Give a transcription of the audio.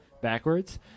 backwards